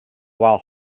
while